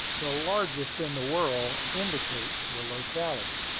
the largest in the world, indicates the locality.